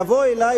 יבוא אלי,